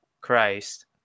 Christ